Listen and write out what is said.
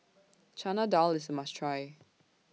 Chana Dal IS A must Try